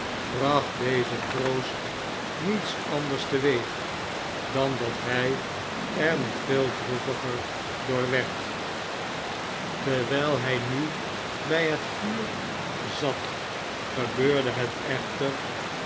bracht deze troost niets anders teweeg dan dat hij er nog veel droeviger door werd terwijl hij nu bij het vuur zat gebeurde het echter